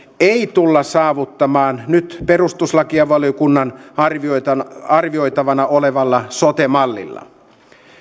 ei tulla saavuttamaan nyt perustuslakivaliokunnan arvioitavana arvioitavana olevalla sote mallilla